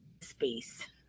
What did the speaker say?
space